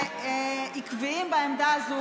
ועקביים בעמדה הזו,